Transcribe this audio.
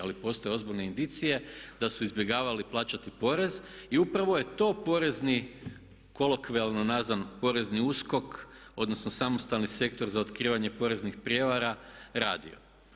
Ali postoje ozbiljne indicije da su izbjegavali plaćati porez i upravo je to porezni kolokvijalno nazvani porezni USKOK, odnosno samostalni sektor za otkrivanje poreznih prijevara radio.